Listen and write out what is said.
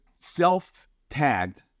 self-tagged